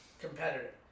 competitor